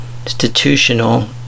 institutional